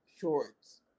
shorts